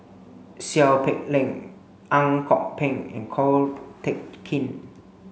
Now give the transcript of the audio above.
Seow Peck Leng Ang Kok Peng and Ko Teck Kin